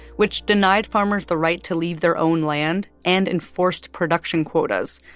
which denied farmers the right to leave their own land and enforced production quotas.